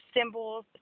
symbols